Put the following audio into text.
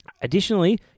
Additionally